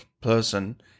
person